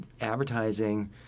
advertising